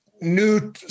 new